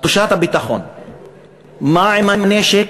תחושת הביטחון: מה עם הנשק,